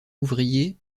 ouvrier